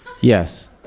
Yes